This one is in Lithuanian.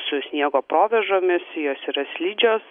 su sniego provėžomis jos yra slidžios